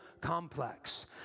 complex